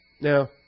Now